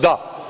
Da.